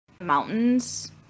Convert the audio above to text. mountains